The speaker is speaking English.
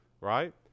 right